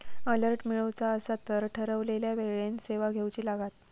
alert मिळवुचा असात तर ठरवलेल्या वेळेन सेवा घेउची लागात